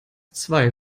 zwei